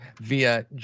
via